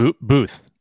Booth